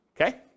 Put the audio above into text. okay